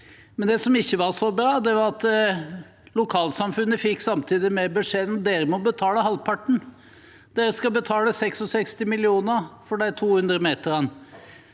bra. Det som ikke var så bra, var at lokalsamfunnet samtidig fikk beskjeden: Dere må betale halvparten. Dere skal betale 66 mill. kr for de 200 meterne.